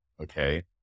Okay